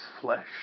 flesh